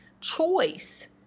choice